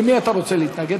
למי אתה רוצה להתנגד?